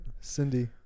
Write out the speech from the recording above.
Cindy